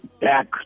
back